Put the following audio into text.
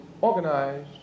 organized